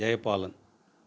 Jayapalan